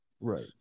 Right